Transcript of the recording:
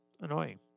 annoying